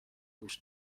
گوش